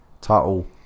title